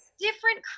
different